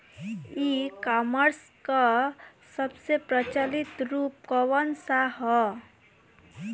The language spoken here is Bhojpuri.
ई कॉमर्स क सबसे प्रचलित रूप कवन सा ह?